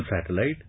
satellite